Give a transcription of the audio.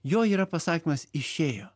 jo yra pasakymas išėjo